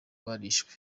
barishwe